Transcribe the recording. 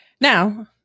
now